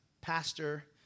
pastor